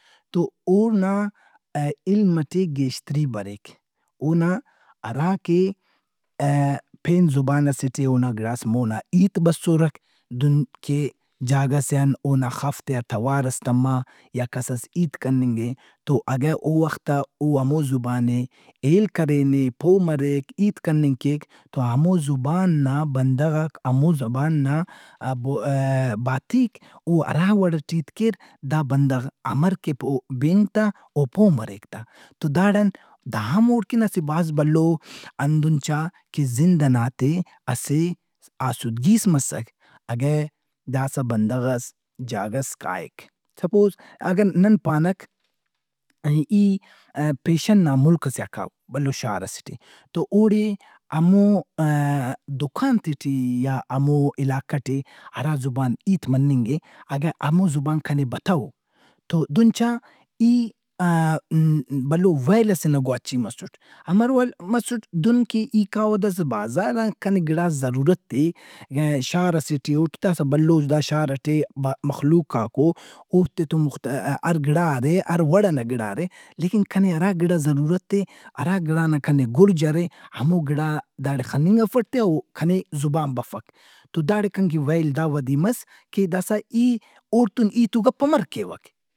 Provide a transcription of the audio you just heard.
تواونا علم ئٹی گیشتری بریک، اونا ہرا کہ آ- پین زبان ئسے ٹے اونا گڑاس مونا ہیت بسُّرک دہن کہ جاگہ سے ان اونا خفتے آ توارس تمّا یا کسس ہیت کننگ اے تواگہ او وختا اوہموزبان ئے ہیل کرینے، پو مریک، ہیت کننگ کیک تو ہمو زبان نا بندغاک، ہمو زبان نا آبو- آ- بھاتیک او ہراوڑئٹے ہیت کیردا بندغ ہمرکہ پو- بنگ تااو پو مریک تا۔ تو داڑآن داہم اوڑکن اسہ بھازبھلوہندن چا کہ زند ئنا تہِ اسہ آسودگِیس مسّک۔ اگہ داسا بندغس جاگہس کائک سپوزاگہ نن پانک ای پیشن نا ملک ئسے آ کاو، بھلو شار ئسے ٹے تو اوڑے ہمو آ- دکانتے ٹے یا ہمو علاقہ ٹے ہرا زبان ہیت مننگ اے اگہ ہمو زبان کنے بتو تو دہن چا ای آ- م- بھلو ویل ئسے نا گواچی مسُّٹ۔ امر ول- مسٹ دہن کہ اگر ای کاوہ داسا بازارآ کنے گڑاس ضرورت اے م- شارئسے ٹے اُٹ، داسا بھلوس داشارئٹے مخلوقاک اواوفتے تو ہر گڑا ارے ہر وڑئنا گڑا ارے لیکن کنے ارا گِڑا ضرور اے، ارا گڑا نا کنے گُرج ارے ہمو گڑا داڑے خننگ افٹ تہِ او کنے زبان بفک تو داڑے کن کہ ویل دا ودی مس کہ داسا ای اوڑتُن ہیت و گپ امر کیوک۔